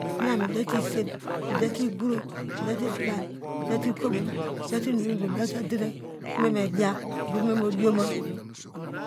Mina midete esen medete igbro medete iblay medate ikobro medete inuvro medan ta deira inum nu mie mediya ivomemodioma.